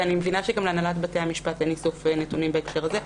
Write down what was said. ואני מבינה שגם להנהלת בתי המשפט אין איסוף נתונים בהקשר הזה.